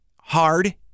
hard